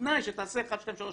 בתנאי שתעשה 1,2,3,4,5.